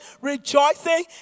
rejoicing